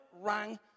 rang